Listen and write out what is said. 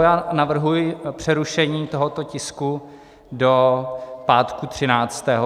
Já navrhuji přerušení tohoto tisku do pátku třináctého.